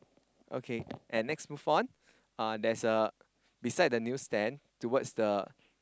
okay and next move on uh there's a beside the new stand towards the